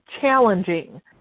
challenging